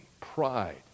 Pride